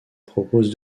propose